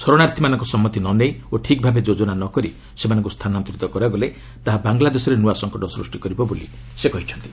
ଶରଣାର୍ଥୀମାନଙ୍କ ସମ୍ମତି ନ ନେଇ ଓ ଠିକ୍ ଭାବେ ଯୋଜନା ନ କରି ସେମାନଙ୍କୁ ସ୍ଥାନାନ୍ତରିତ କରାଗଲେ ତାହା ବାଂଲାଦେଶରେ ନୂଆ ସଙ୍କଟ ସୃଷ୍ଟି କରିବ ବୋଲି ସେ କହିଛନ୍ତି